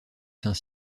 saint